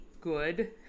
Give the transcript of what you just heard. good